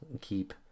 keep